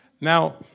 Now